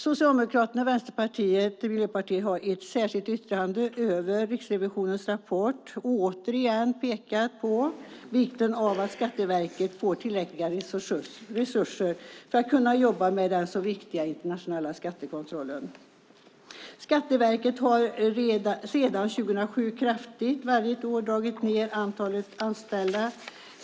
Socialdemokraterna, Vänsterpartiet och Miljöpartiet har i ett särskilt yttrande över Riksrevisionens rapport återigen pekat på vikten av att Skatteverket får tillräckliga resurser för att kunna jobba med den så viktiga internationella skattekontrollen. Skatteverket har sedan 2007 varje år kraftigt dragit ned antalet anställda.